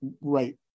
right